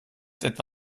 jetzt